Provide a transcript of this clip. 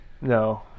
No